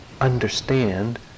understand